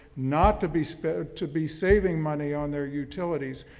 not to be spared to be saving money on their utilities,